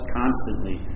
constantly